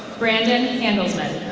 brandon handlesman.